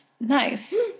Nice